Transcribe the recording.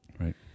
Right